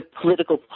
political